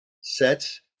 sets